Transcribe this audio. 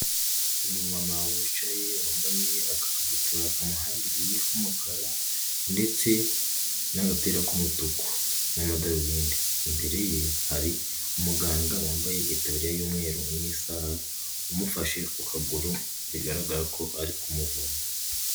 Umumama wicaye, wambaye agakabutura kamuhambiriye k'umukara, ndetse n'agapira k'umutuku n'amadarubindi, imbere ye hari umuganga wambaye itaburiya y'umweru n'isaha, umufashe ku kuguru, bigaragara ko ari kumuvura.